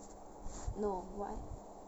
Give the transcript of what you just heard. no why